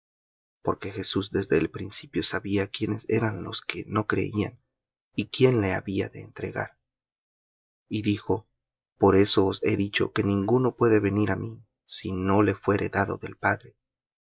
porque jesús desde el principio sabía quiénes eran los que no creían y quién le había de entregar y dijo por eso os he dicho que ninguno puede venir á mí si no le fuere dado del padre